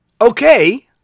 okay